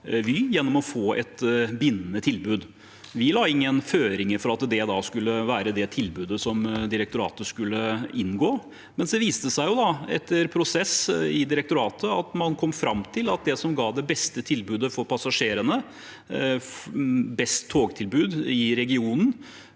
Vy gjennom å få et bindende tilbud. Vi la ingen føringer for at det da skulle være det tilbudet som direktoratet skulle gå for, men så viste det seg, etter en prosess i direktoratet, at man kom fram til at det som ga det beste tilbudet for passasjerene, best togtilbud i regionen,